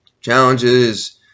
challenges